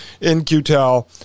InQtel